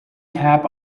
cap